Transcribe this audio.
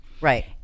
Right